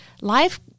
life